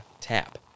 tap